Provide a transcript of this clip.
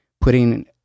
putting